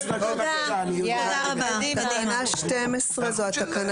תחילתה של תקנה 12 ביום______ ; תקנה 12 היא התקנה